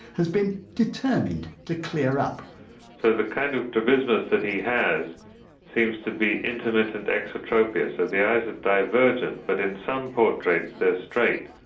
has been determined to clear up so, the kind of strabismus that he had seems to be intermittent exotropia, so the eyes are divergent but in some portraits they're straight.